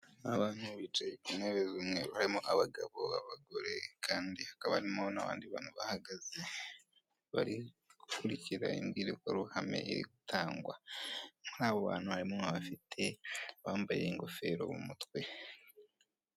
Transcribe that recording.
Abantu bicaye ku ntebe z'umweru harimo abagabo, abagore, kandi hakaba harimo n'abandi bantu bahagaze, bari gukurikira imbwirwaruhame iri gutangwa. Muri abo bantu harimo abafite, abambaye ingofero mu mutwe.